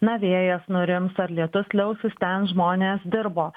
na vėjas nurims ar lietus liausis ten žmonės dirbo